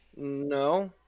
No